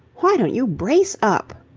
why don't you brace up?